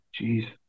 Jeez